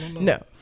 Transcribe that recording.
no